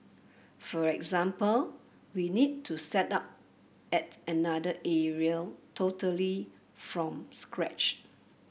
for example we need to set up at another area totally from scratch